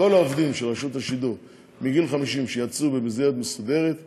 כל העובדים של רשות השידור מגיל 50 שיצאו במסגרת מסודרת מקבלים,